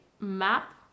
map